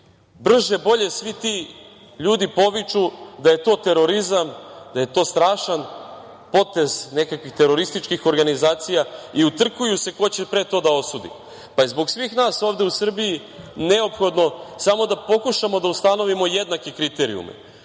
brže bolje svi ti ljudi poviču da je to terorizam, da je to strašan potez nekakvih terorističkih organizacija i utrkuju se ko će pre to da osudi. Zbog svih nas ovde u Srbiji je neophodno samo da pokušamo da ustanovimo jednake kriterijume